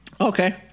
Okay